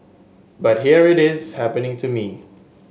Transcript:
but here it is happening to me